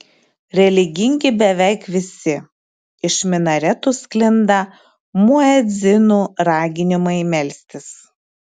religingi beveik visi iš minaretų sklinda muedzinų raginimai melstis